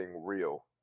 real